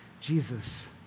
Jesus